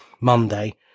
Monday